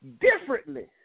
differently